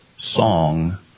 song